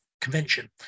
convention